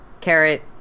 carrot